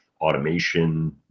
automation